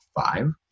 five